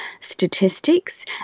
statistics